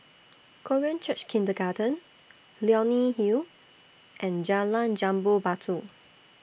Korean Church Kindergarten Leonie Hill and Jalan Jambu Batu